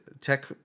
tech